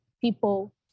people